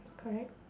correct